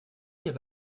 нет